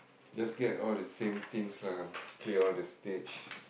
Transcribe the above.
just get all the same things lah clear all the stage